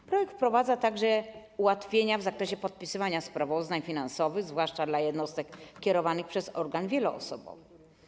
W projekcie wprowadza się także ułatwienia w zakresie podpisywania sprawozdań finansowych, zwłaszcza dla jednostek kierowanych przez organ wieloosobowy.